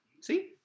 see